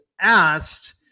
asked